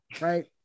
right